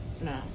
no